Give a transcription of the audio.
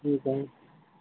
ٹھیک ہے